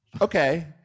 okay